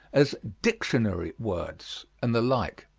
as dictionary words, and the like.